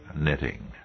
knitting